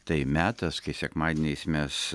tai metas kai sekmadieniais mes